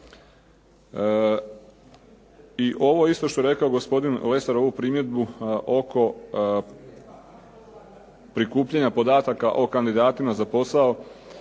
I ovo isto što je rekao gospodin Lesar ovu primjedbu oko prikupljanja podataka o kandidatima za posao